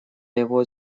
его